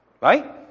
Right